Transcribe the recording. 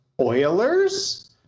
Oilers